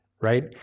right